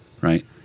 right